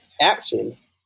actions